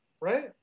Right